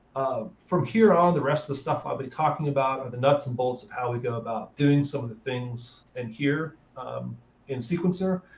from here on, the rest of the stuff i'll be talking about are the nuts and bolts of how we go about doing some of the things and here in sequencer.